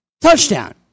touchdown